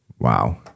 Wow